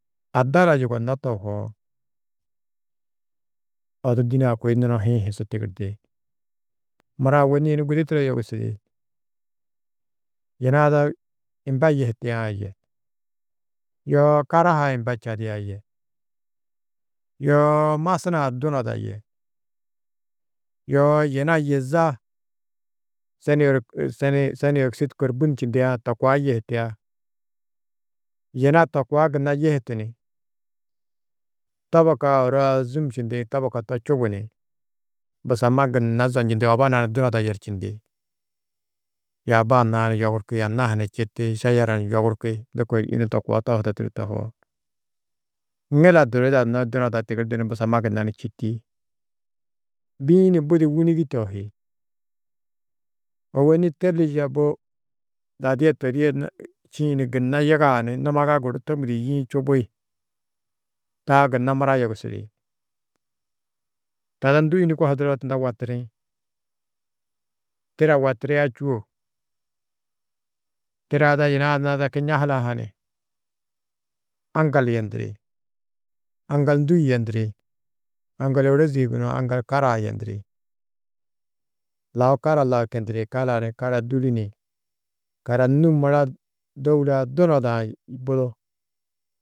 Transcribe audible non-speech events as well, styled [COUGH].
Adala yugonnó tohoo, to odu dîne-ã kôi nunohĩ hi su tigirdi. Mura ôwonni yunu gudi turo yogusidi, yina ada imba yihitiã yê yoo karahaa imba čadiã yê yoo masnaa dunoda yê yoo yina yiza seni ôk- seni ôksid karbûn čindiã to kua yihitia yê. Yina to kua gunna yihitu ni. Tobakaa ôro ôzum čindĩ, tobaka to čubu ni busamma gunna zonjindi, obonaa dunoda yerčindi, yaaba annaa-ã ni yogurki, anna-ã ha ni čiti, šeyera ni yogurki lôko yunu to koo tohudo tûrtu tohoo. Ŋila duru yidadunnodi dunoda tigirdu ni busamma gunna čîti, bî-ĩ ni budi wûnigi tohi, ôwonni têlij a bu a di yê to di yê čîĩ gunna yigaa ni numaga guru tômudi yî-ĩ čubi, taa gunna mura yogusidi. Tada ndû yunu kohuduroo tunda watirĩ? Tira watiria čûo. Tira ada yina anna ada kiñahula-ã ni aŋgal yendiri. Aŋgal ndûi yendiri? Aŋgal ôrozi-ĩ gunú karaa yendiri, lau kara lau kendiri, kara ni kara dûli ni kara nû mura dôulaa dunoda-ã. [UNINTELLIGIBLE]